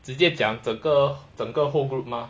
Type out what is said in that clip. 直接讲整个整个 whole group mah